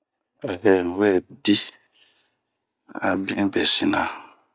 A hee unwe dii ,a bin be sina mu.